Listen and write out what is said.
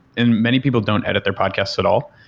and many people don't edit their podcasts at all.